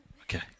Okay